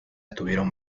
estuvieron